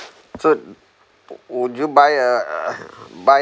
so would you buy uh buy